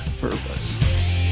purpose